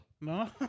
No